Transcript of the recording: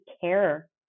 care